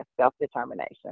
self-determination